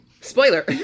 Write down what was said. Spoiler